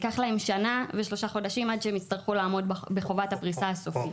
ייקח להם שנה ושלושה חודשים עד שהם יצטרכו לעמוד בחובת הפריסה הסופית.